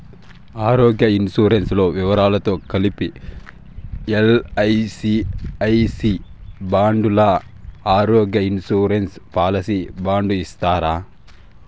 ఆరోగ్య ఇన్సూరెన్సు లో వివరాలతో కలిపి ఎల్.ఐ.సి ఐ సి బాండు లాగా ఆరోగ్య ఇన్సూరెన్సు పాలసీ బాండు ఇస్తారా?